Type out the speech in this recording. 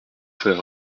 frères